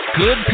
Good